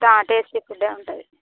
ఆ tasty food ఏ ఉంటుంది